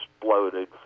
exploded